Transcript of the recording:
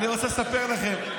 אני רוצה לספר לכם,